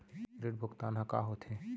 ऋण भुगतान ह का होथे?